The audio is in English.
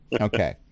Okay